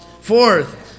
Fourth